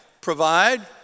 provide